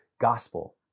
gospel